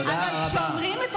תודה רבה, חברת הכנסת